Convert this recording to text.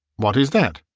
what is that?